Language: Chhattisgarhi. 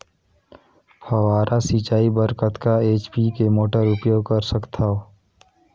फव्वारा सिंचाई बर कतका एच.पी के मोटर उपयोग कर सकथव?